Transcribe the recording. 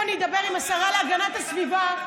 אין דבר כזה.